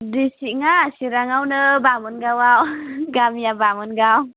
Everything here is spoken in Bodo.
दिस्ट्रिक्टना चिरांआवनो बामोनगावआव गामिया बामोनगाव